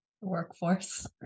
Workforce